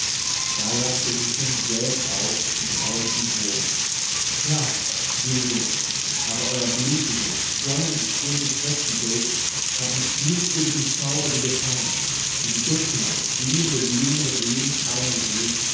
da lachte hichem gellend auf im grausigen hohn ja sie lebt aber euer blutiges dornengekröntes götzenbild hat mit fluchwürdigem zauber sie befangen und die duftende glühende blume des lebens eingehüllt